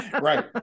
Right